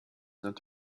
not